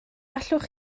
allwch